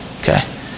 Okay